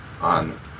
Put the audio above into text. on